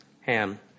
Ham